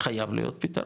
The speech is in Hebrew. חייב להיות פתרון,